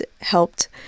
helped